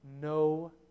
no